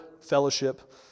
fellowship